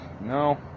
no